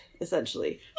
essentially